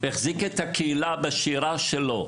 והחזיק את הקהילה בשירה שלו,